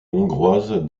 hongroise